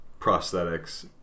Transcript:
prosthetics